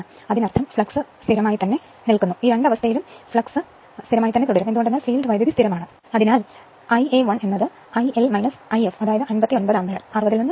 അതായത് ഫ്ലക്സ് സ്ഥിരമായി നിലനിൽക്കുന്നു രണ്ട് കേസുകളും ഫീൽഡ് കറന്റ് സ്ഥിരമായതിനാൽ ഫ്ലക്സ് സ്ഥിരമായി തുടരും അതിനാൽ Ia 1 IL ആയിരിക്കും അങ്ങനെ 59 ആമ്പിയർ 60 1